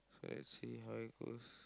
let's see how it goes